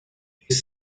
his